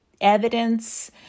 evidence